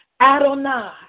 Adonai